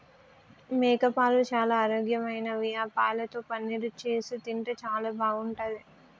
మేకపాలు చాలా ఆరోగ్యకరమైనవి ఆ పాలతో పన్నీరు చేసి తింటే చాలా బాగుంటది